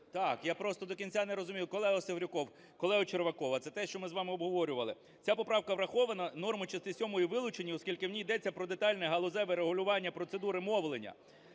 Так, я просто до кінця не розумію. Колего Севрюков, колего Червакова, це те, що ми з вами обговорювали. Ця поправка врахована, норми частини сьомої вилучені, оскільки в ній ідеться про детальне галузеве регулювання процедури мовлення.